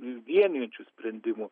vienijančių sprendimų